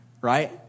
right